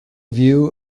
view